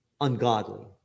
ungodly